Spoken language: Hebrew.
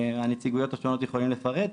הנציגויות השונות יכולים לפרט.